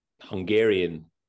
Hungarian